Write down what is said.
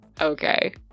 Okay